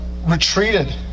retreated